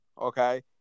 Okay